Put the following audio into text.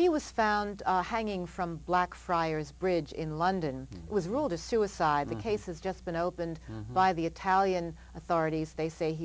he was found hanging from blackfriars bridge in london was ruled a suicide the case has just been opened by the italian authorities they say he